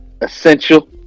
Essential